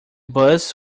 bus